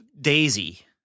Daisy